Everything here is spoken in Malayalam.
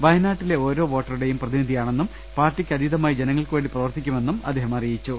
വയനാട്ടിലെ ഓരോ വോട്ടറുടെയും പ്രതിനിധിയാണെന്നും പാർട്ടിക്കതീതമായി ജനങ്ങൾക്കുവേണ്ടി പ്രവർത്തി ക്കുമെന്നും അദ്ദേഹം അറിയിച്ചു